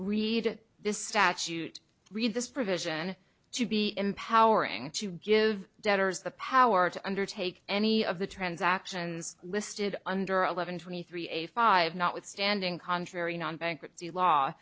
to this statute read this provision to be empowering to give debtors the power to undertake any of the transactions listed under eleven twenty three a five notwithstanding contrary non bankruptcy law